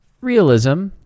realism